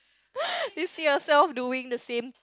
you see yourself doing the same